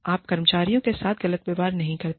आप कर्मचारियों के साथ गलत व्यवहार नहीं करते हैं